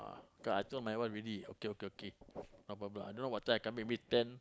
ah I told my wife already okay okay okay no problem I don't know what time I come back maybe ten